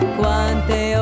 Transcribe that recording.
quante